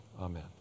Amen